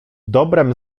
dobrem